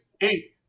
eight